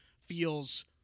feels